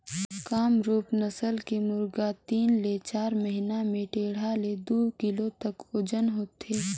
कामरूप नसल के मुरगा तीन ले चार महिना में डेढ़ ले दू किलो तक ओजन होथे